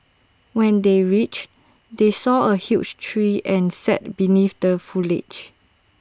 when they reached they saw A huge tree and sat beneath the foliage